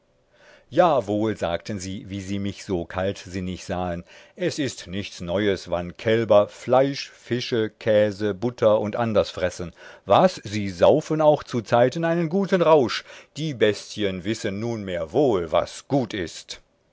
mitzumachen jawohl sagten sie wie sie mich so kaltsinnig sahen es ist nichts neues wann kälber fleisch fische käse butter und anders fressen was sie saufen auch zuzeiten einen guten rausch die bestien wissen nunmehr wohl was gut ist